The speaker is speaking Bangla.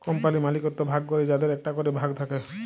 কম্পালির মালিকত্ব ভাগ ক্যরে যাদের একটা ক্যরে ভাগ থাক্যে